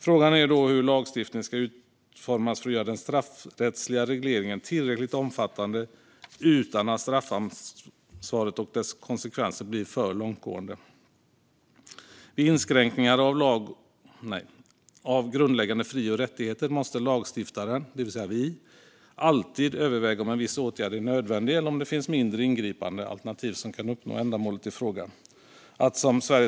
Frågan är då hur lagstiftningen ska utformas för att göra den straffrättsliga regleringen tillräckligt omfattande utan att straffansvaret och dess konsekvenser blir för långtgående. Vid inskränkningar av grundläggande fri och rättigheter måste lagstiftaren - det vill säga vi - alltid överväga om en viss åtgärd är nödvändig eller om det finns mindre ingripande alternativ som kan uppnå ändamålet i fråga.